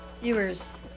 viewers